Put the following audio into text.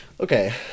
Okay